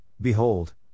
behold